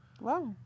Wow